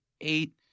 eight